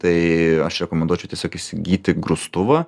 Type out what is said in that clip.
tai aš rekomenduočiau tiesiog įsigyti grūstuvą